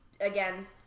Again